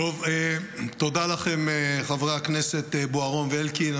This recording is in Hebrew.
תודה לכם, חברי הכנסת בוארון ואלקין.